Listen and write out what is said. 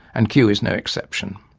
and kew is no exception.